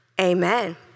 amen